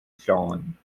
john